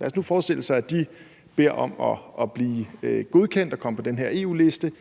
Lad os forestille os, at de beder om at blive godkendt og komme på den her EU-liste: